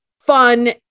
fun